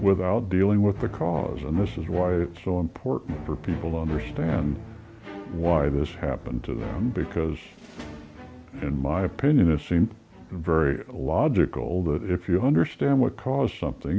without dealing with the cause and this is why it's so important for people understand why this happened to them because in my opinion it seemed very logical that if you understand what cause something